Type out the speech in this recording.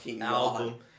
album